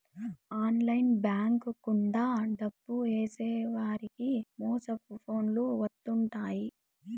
online bank గుండా డబ్బు ఏసేవారికి మోసపు ఫోన్లు వత్తుంటాయి